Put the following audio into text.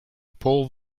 pull